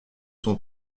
son